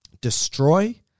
destroy